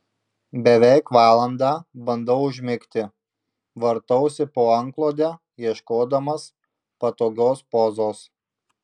beveik valandą bandau užmigti vartausi po antklode ieškodamas patogios pozos